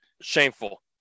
shameful